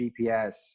gps